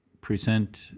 present